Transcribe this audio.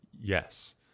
Yes